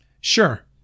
Sure